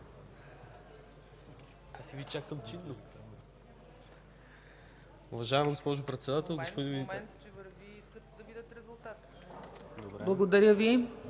Благодаря Ви,